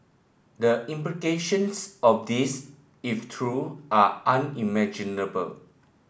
the implications of this if true are unimaginable